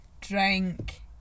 Drink